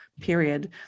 period